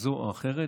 כזו או אחרת.